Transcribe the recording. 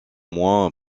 moins